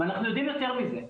אנחנו יודעים יותר מזה.